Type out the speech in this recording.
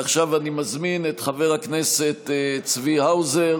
עכשיו אני מזמין את חבר הכנסת צבי האוזר